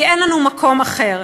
כי אין לנו מקום אחר.